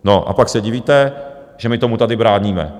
No a pak se divíte, že my tomu tady bráníme.